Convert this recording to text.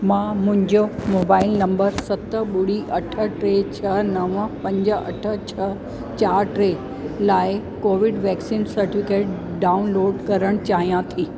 मां मुंहिंजो mobile number सत ॿुड़ी अठ टे छह नव पंज अठ छह चारि टे लाइ कोविड वैक्सीन सटिफिकेट डाउनलोड करणु चाहियां थी